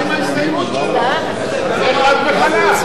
זה הולך עם ההסתייגות שלו, חד וחלק.